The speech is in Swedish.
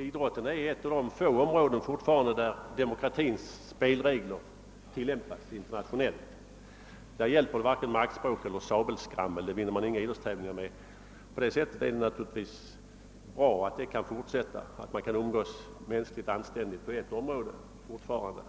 Idrotten är ett av de få områden där demokratins spelregler fortfarande tilllämpas internationellt. Där hjälper varken maktspråk eller sabelskrammel, ty det vinner man inga tävlingar med. Det är naturligtvis bra att man fortfarande kan umgås mänskligt och anständigt på åtminstone ett område.